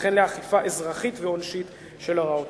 וכן לאכיפה אזרחית ועונשית של הוראותיה.